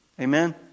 Amen